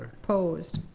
opposed?